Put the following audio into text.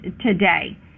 today